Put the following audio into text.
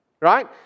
right